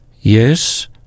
Yes